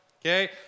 okay